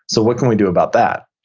so what can we do about that?